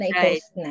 right